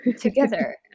together